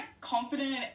confident